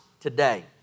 today